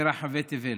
ברחבי תבל.